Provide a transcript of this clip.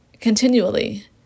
Continually